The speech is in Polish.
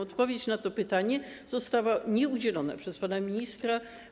Odpowiedź na to pytanie nie została udzielona przez pana ministra.